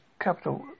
capital